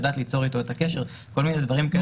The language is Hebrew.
לדעת ליצור איתו את הקשר כל מיני דברים כאלה.